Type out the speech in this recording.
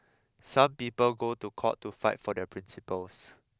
some people go to court to fight for their principles